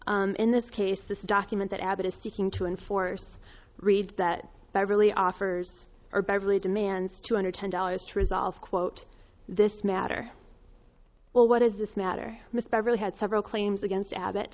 in this case this document that abbott is seeking to enforce reads that beverly offers her beverly demands two hundred ten dollars to resolve quote this matter well what is this matter mr beverly had several claims against abbott